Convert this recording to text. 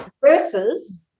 versus